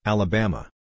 Alabama